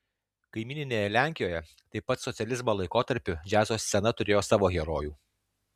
kaimyninėje lenkijoje taip pat socializmo laikotarpiu džiazo scena turėjo savo herojų